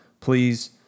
Please